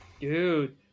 dude